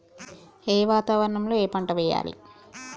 ఏ వాతావరణం లో ఏ పంట వెయ్యాలి?